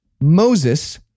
Moses